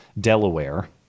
Delaware